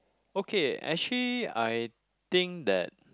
okay actually I think that